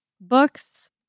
books